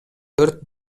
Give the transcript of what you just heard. төрт